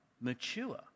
mature